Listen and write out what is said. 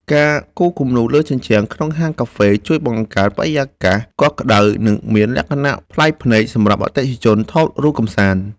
ការគូរគំនូរលើជញ្ជាំងក្នុងហាងកាហ្វេជួយបង្កើតបរិយាកាសកក់ក្ដៅ និងមានលក្ខណៈប្លែកភ្នែកសម្រាប់អតិថិជនថតរូបកម្សាន្ត។